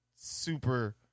super